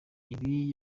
ibi